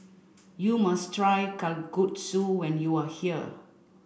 you must try Kalguksu when you are here